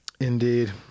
Indeed